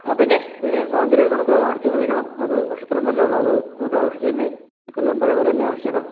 ആ പിന്നെ പിന്നെ സ്വാതന്ത്ര്യദിനം നമുക്ക് അടിച്ചു പൊളിക്കണം അത് വർഷത്തിൽ ഒന്നല്ലേ ഉള്ളൂ അത് നമുക്ക് ആഘോഷിച്ചിരുന്നത് ഇക്കൊല്ലം പഴയത് പോലെ തന്നെ ആഘോഷിച്ചേക്കാം